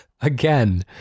again